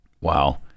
Wow